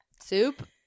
soup